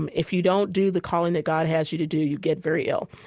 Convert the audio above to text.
and if you don't do the calling that god has you to do, you get very ill.